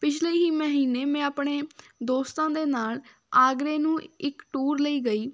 ਪਿਛਲੇ ਹੀ ਮਹੀਨੇ ਮੈਂ ਆਪਣੇ ਦੋਸਤਾਂ ਦੇ ਨਾਲ ਆਗਰੇ ਨੂੰ ਇੱਕ ਟੂਰ ਲਈ ਗਈ